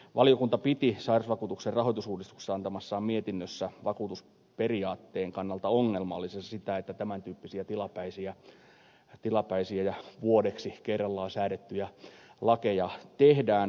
valiokunta piti sairausvakuutuksen rahoitusuudistuksesta antamassaan mietinnössä vakuutusperiaatteen kannalta ongelmallisena sitä että tämän tyyppisiä tilapäisiä ja vuodeksi kerrallaan säädettyjä lakeja tehdään